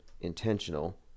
intentional